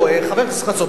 חבר הכנסת חסון,